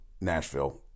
Nashville